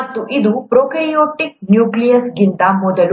ಮತ್ತು ಇದು ಪ್ರೊಕಾರ್ಯೋಟ್ ನ್ಯೂಕ್ಲಿಯಸ್ಗಿಂತ ಮೊದಲು